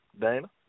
Dana